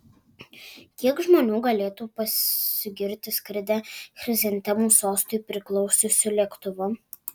kiek žmonių galėtų pasigirti skridę chrizantemų sostui priklausiusiu lėktuvu